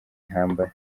intambara